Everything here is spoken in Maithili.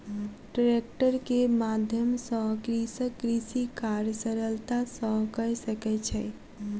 ट्रेक्टर के माध्यम सॅ कृषक कृषि कार्य सरलता सॅ कय सकै छै